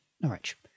Norwich